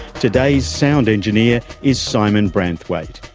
today's sound engineer is simon branthwaite.